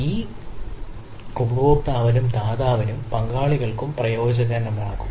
ഇത് ഉപഭോക്താവിനും ദാതാവിനും പങ്കാളികൾക്കും പ്രയോജനകരമാകും